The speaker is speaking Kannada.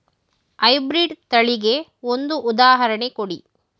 ಹೈ ಬ್ರೀಡ್ ತಳಿಗೆ ಒಂದು ಉದಾಹರಣೆ ಕೊಡಿ?